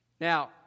Now